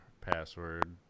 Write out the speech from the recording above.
password